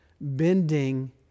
bending